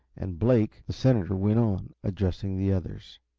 and blake the senator went on, addressing the others.